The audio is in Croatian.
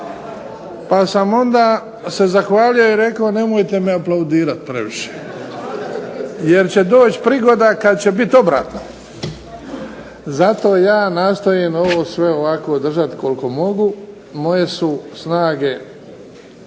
Pa sam onda se zahvalio i rekao nemojte mi aplaudirati previše jer će doći prigoda kad će biti obratno. Zato ja nastojim ovo sve ovako držati koliko mogu. Moje su snage